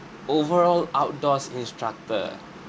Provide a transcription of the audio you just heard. overall outdoors instructor